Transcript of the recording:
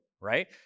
right